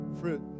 fruit